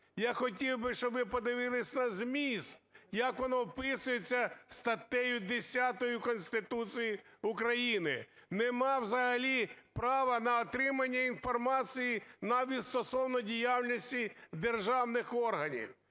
Я хотів би, щоб ми подивились на зміст, як воно описується статтею 10 Конституції України. Немає взагалі права на отримання інформації навіть стосовно діяльності державних органів,